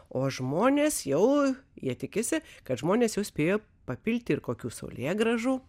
o žmonės jau jie tikisi kad žmonės jau spėjo papilti ir kokių saulėgrąžų